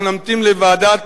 אנחנו נמתין לוועדת